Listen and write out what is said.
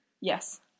Yes